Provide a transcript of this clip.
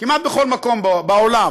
כמעט בכל מקום בעולם,